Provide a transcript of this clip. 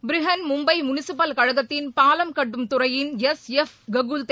Brihan Mumbai municipal கழகத்தின் பாலம் கட்டும் துறையின் எஸ் எப் ககுல் தே